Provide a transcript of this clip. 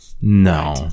No